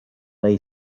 lay